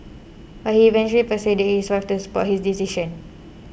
but he eventually persuaded his wife to support his decision